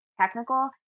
technical